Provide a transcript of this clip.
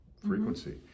frequency